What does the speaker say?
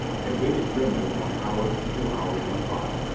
i waited grimly while an hour, two hours, went by.